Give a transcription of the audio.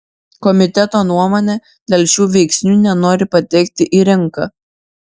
komiteto nuomone dėl šių veiksnių nenori patekti į rinką